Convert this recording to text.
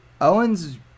Owen's